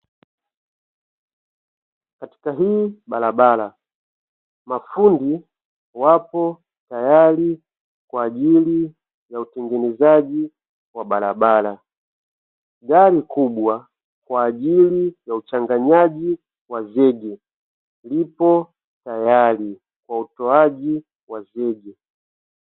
Katika hii barabara mafundi wapo tayari kwa ajili ya utengenezaji wa barabara. Gari kubwa kwa ajili ya uchanganyaji wa zege lipo tayari kwa utoaji wa zege.